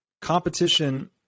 competition